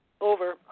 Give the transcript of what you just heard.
Over